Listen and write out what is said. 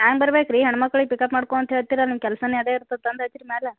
ಹ್ಯಾಂಗೆ ಬರ್ಬೇಕು ರೀ ಹೆಣ್ಣು ಮಕ್ಳಿಗೆ ಪಿಕ್ಅಪ್ ಮಾಡ್ಕೋ ಅಂತ ಹೇಳ್ತೀರ ನಿಮ್ಮ ಕೆಲ್ಸನೇ ಅದು ಇರ್ತದ್ ತಂದು ಹಚ್ಚಿರಿ ಮ್ಯಾಲೆ